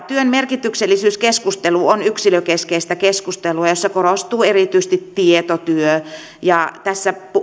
työn merkityksellisyys keskustelu on yksilökeskeistä keskustelua jossa korostuu erityisesti tietotyö tässä